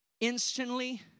instantly